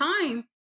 time